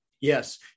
Yes